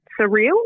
surreal